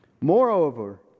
Moreover